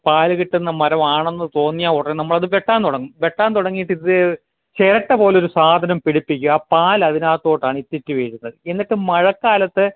പാല് കിട്ടുന്ന മരവാണെന്ന് തോന്നിയ ഉടനെ നമ്മളത് വെട്ടാൻ തുടങ്ങും വെട്ടാൻ തുടങ്ങിയിട്ട് ചിരട്ട പോലൊര് സാധനം പിടിപ്പിക്കും ആ പാല് അതിനകത്തോട്ടാണ് ഇറ്റിറ്റ് വീഴുന്നത് എന്നിട്ട് മഴക്കാലത്ത്